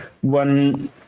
one